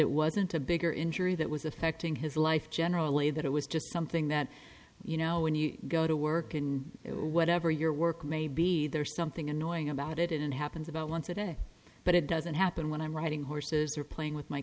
it wasn't a bigger injury that was affecting his life generally that it was just something that you know when you go to work and whatever your work may be there something annoying about it it happens about once a day but it doesn't happen when i'm riding horses or playing with my